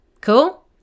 Cool